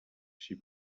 she